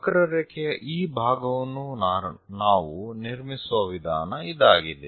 ವಕ್ರರೇಖೆಯ ಈ ಭಾಗವನ್ನು ನಾವು ನಿರ್ಮಿಸುವ ವಿಧಾನ ಇದಾಗಿದೆ